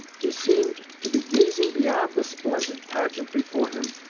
he seemed to be gazing beyond the splendid pageant before him,